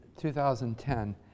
2010